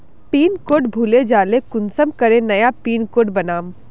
Pin code भूले जाले कुंसम करे नया पिन कोड बनाम?